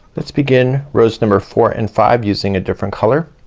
let's begin rows number four and five using a different color.